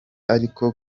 ariko